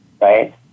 right